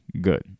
good